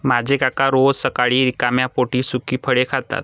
माझे काका रोज सकाळी रिकाम्या पोटी सुकी फळे खातात